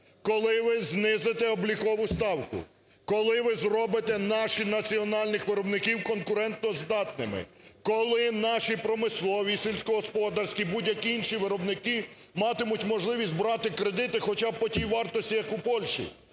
Коли ви знизите облікову ставку? Коли ви зробите наших національних виробників конкурентоздатними? Коли наші промислові, сільськогосподарські, будь-які інші виробники матимуть можливість брати кредити хоча б по тій вартості як у Польщі,